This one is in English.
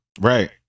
Right